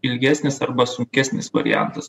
ilgesnis arba sunkesnis variantas